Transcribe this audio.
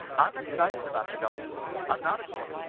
i'm excited about the gospel. i'm not ashamed.